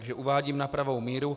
Takže uvádím na pravou míru.